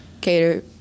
cater